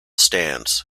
stands